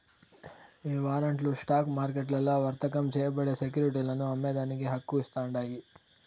ఈ వారంట్లు స్టాక్ మార్కెట్లల్ల వర్తకం చేయబడే సెక్యురిటీలను అమ్మేదానికి హక్కు ఇస్తాండాయి